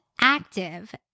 active